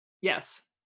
Yes